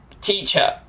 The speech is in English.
teacher